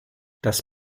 das